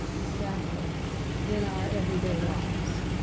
exactly in our everyday lives.